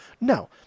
No